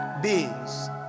beings